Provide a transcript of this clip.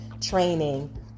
training